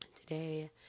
today